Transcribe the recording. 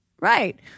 Right